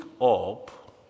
up